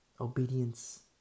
Obedience